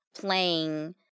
playing